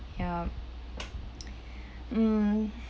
ya mm